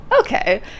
okay